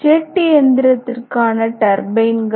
jet இயந்திரத்திற்கான டர்பைன்கள்